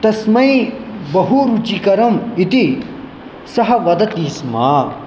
तस्मै बहुरुचिकरम् इति सः वदति स्म